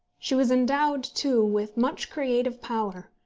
she was endowed too, with much creative power,